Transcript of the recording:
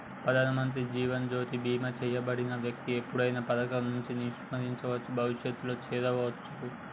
ప్రధానమంత్రి జీవన్ జ్యోతి బీమా చేయబడిన వ్యక్తి ఎప్పుడైనా పథకం నుండి నిష్క్రమించవచ్చు, భవిష్యత్తులో చేరొచ్చు